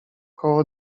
koło